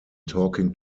talking